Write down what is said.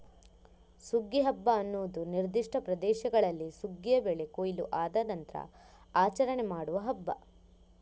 ಸುಗ್ಗಿ ಹಬ್ಬ ಅನ್ನುದು ನಿರ್ದಿಷ್ಟ ಪ್ರದೇಶಗಳಲ್ಲಿ ಸುಗ್ಗಿಯ ಬೆಳೆ ಕೊಯ್ಲು ಆದ ನಂತ್ರ ಆಚರಣೆ ಮಾಡುವ ಹಬ್ಬ